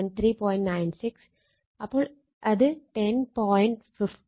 96 അപ്പോൾ അത് 10